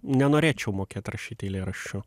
nenorėčiau mokėt rašyt eilėraščių